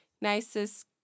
nicest